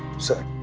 sir,